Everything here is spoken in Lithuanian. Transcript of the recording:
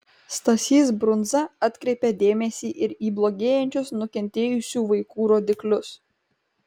stasys brunza atkreipė dėmesį ir į blogėjančius nukentėjusių vaikų rodiklius